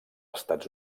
estats